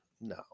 No